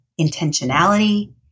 intentionality